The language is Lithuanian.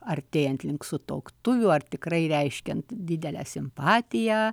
artėjant link sutuoktuvių ar tikrai reiškiant didelę simpatiją